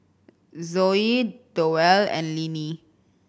Zoie Doyle and Linnie